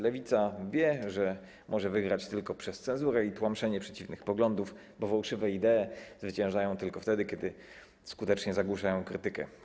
Lewica wie, że może wygrać tylko przez cenzurę i tłamszenie przeciwnych poglądów, bo fałszywe idee zwyciężają tylko wtedy, kiedy skutecznie zagłuszają krytykę.